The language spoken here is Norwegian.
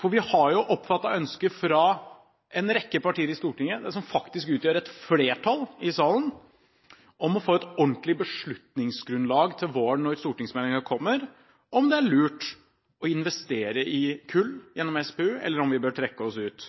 For vi har jo oppfattet ønsket fra en rekke partier i Stortinget, det som faktisk utgjør et flertall i salen, om å få et ordentlig beslutningsgrunnlag til våren når stortingsmeldingen kommer: om det er lurt å investere i kull gjennom SPU, eller om vi bør trekke oss ut.